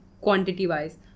quantity-wise